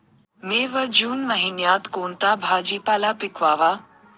मे व जून महिन्यात कोणता भाजीपाला पिकवावा?